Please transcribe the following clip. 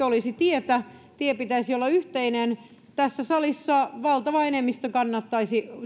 olisi tietä tien pitäisi olla yhteinen tässä salissa valtava enemmistö kannattaisi